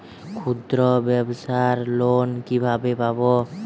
ক্ষুদ্রব্যাবসার লোন কিভাবে পাব?